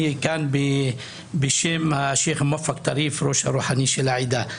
אני כאן בשם השיח מוואפק טריף הראש הרוחני של העדה.